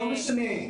לא משנה.